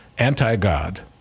anti-God